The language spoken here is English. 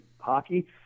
hockey